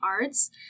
Arts